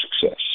success